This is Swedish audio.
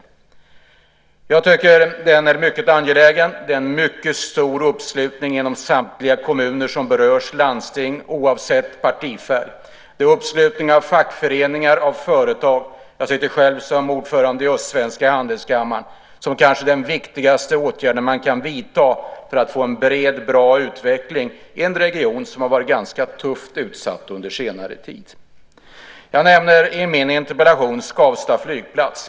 Jag tycker att den är mycket angelägen. Det är en mycket stor uppslutning inom samtliga kommuner och landsting som berörs oavsett partifärg. Det finns en uppslutning hos fackföreningar och företag - jag sitter själv som ordförande i Östsvenska handelskammaren - om att det är den kanske viktigaste åtgärden som man kan vidta för att få en bred och bra utveckling i en region som har varit ganska hårt utsatt under senare tid. Jag nämner i min interpellation Skavsta flygplats.